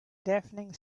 deafening